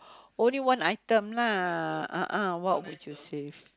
only one item lah a'ah what would you save